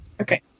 Okay